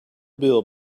bill